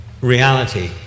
reality